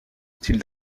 style